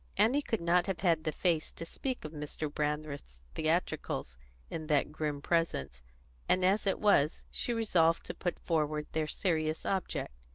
annie could not have had the face to speak of mr. brandreth's theatricals in that grim presence and as it was, she resolved to put forward their serious object.